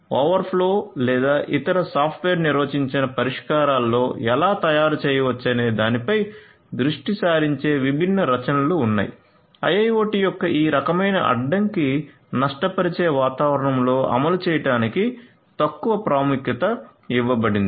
మనం open flow లేదా ఇతర సాఫ్ట్వేర్ నిర్వచించిన పరిష్కారాలలో ఎలా తయారు చేయవచ్చనే దానిపై దృష్టి సారించే విభిన్న రచనలు ఉన్నాయి IIoT యొక్క ఈ రకమైన అడ్డంకి నష్టపరిచే వాతావరణంలో అమలు చేయడానికి తక్కువ ప్రాముఖ్యత ఇవ్వబడింది